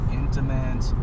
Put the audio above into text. intimate